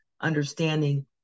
understanding